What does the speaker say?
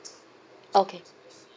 okay